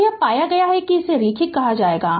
तो ये पाया गया हैं कि इसे रैखिक कहा जाता है